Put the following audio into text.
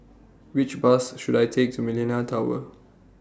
Which Bus should I Take to Millenia Tower